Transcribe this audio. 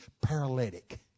paralytic